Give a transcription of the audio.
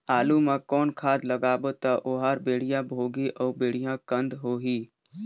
आलू मा कौन खाद लगाबो ता ओहार बेडिया भोगही अउ बेडिया कन्द होही?